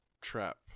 trap